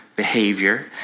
Behavior